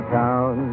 town